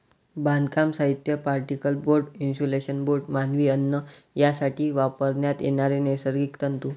बांधकाम साहित्य, particle board, insulation board, मानवी अन्न यासाठी वापरण्यात येणारे नैसर्गिक तंतू